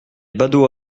badauds